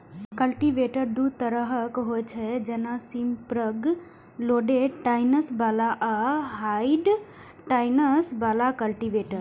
cultivator दू तरहक होइ छै, जेना स्प्रिंग लोडेड टाइन्स बला आ हार्ड टाइन बला कल्टीवेटर